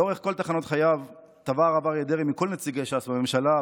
לאורך כל תחנות חייו תבע הרב אריה דרעי מכל נציגי ש"ס בממשלה,